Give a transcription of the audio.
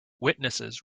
witnesses